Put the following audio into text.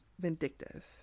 vindictive